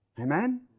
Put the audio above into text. Amen